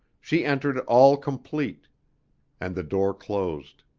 she entered all complete and the door closed.